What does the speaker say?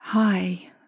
Hi